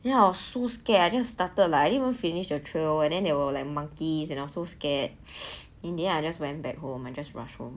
then I was so scared I just started like I didn't even finish the trail and then there were like monkeys and I'm so scared in the end I just went back home I just rush home